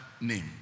name